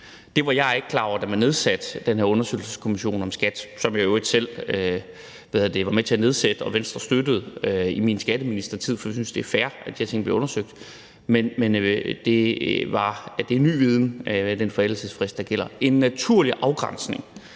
Det var jeg ikke klar over, da man nedsatte den her undersøgelseskommission om SKAT, som jeg i øvrigt selv var med til at nedsætte, og som Venstre støttede i min skatteministertid, for jeg synes, det er fair, at de her ting bliver undersøgt. Men det er ny viden med den forældelsesfrist, der gælder. En naturlig afgrænsning